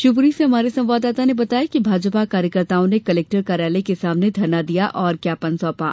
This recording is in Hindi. शिवपुरी से हमारे संवाददाता ने बताया है कि भाजपा कार्यकर्ताओं ने कलेक्टर कार्यालय के सामने धरना दिया और ज्ञापन सौंपा